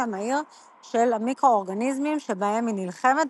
המהיר של המיקרואורגניזמים שבהם היא נלחמת,